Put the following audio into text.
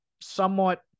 somewhat